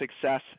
success